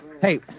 Hey